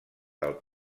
del